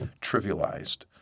trivialized